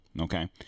Okay